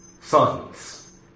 sons